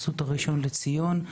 אסותא ראשון לציון,